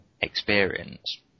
experience